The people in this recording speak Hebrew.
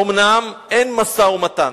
אומנם אין משא-ומתן,